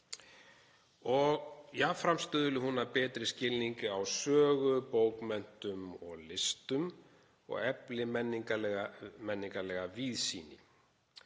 Jafnframt stuðli hún að betri skilningi á sögu, bókmenntum og listum, og efli menningarlega víðsýni.